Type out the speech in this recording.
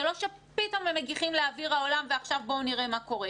זה לא שפתאום הם מגיחים לאוויר העולם ועכשיו בואו נראה מה קורה.